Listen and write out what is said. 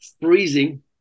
freezing